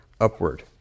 upward